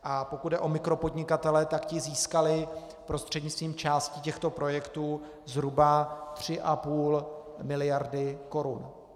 A pokud jde o mikropodnikatele, tak ti získali prostřednictvím části těchto projektů zhruba 3,5 miliardy korun.